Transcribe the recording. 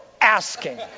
asking